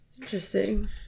Interesting